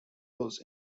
roles